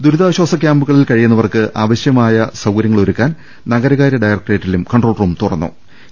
ദുരിതാശ്വാസ ക്യാമ്പുകളിൽ കഴിയുന്നവർക്ക് ആവ ശ്യമായ സൌകര്യങ്ങളൊരുക്കാൻ നഗരകാര്യ ഡയറക്ടറേറ്റിലും കൺട്രോൾ റൂം തുറന്നിട്ടുണ്ട്